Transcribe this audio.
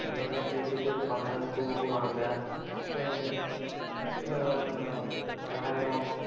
அங்கேயே தான் பேசிகிட்டு இருப்பாங்க தூங்குவாங்க ஒரு ஒரு தாயம்